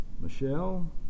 Michelle